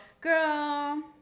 Girl